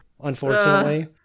unfortunately